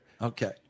Okay